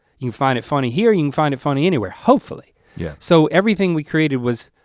you find it funny here, you can find it funny anywhere, hopefully. yeah. so everything we created was,